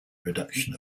reduction